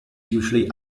usually